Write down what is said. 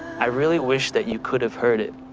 i really wish that you could have heard it.